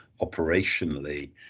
operationally